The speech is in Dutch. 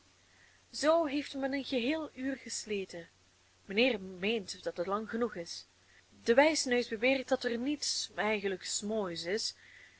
zoo heeft men een geheel uur gesleten mijnheer meent dat het lang genoeg is de wijsneus beweert dat er niets eigenlijk moois is